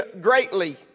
greatly